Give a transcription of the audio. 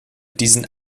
diesen